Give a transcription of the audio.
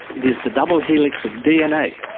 it is the double helix of dna,